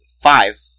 five